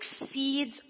exceeds